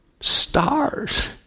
stars